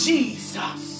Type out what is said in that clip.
Jesus